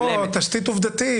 תשתית עובדתית.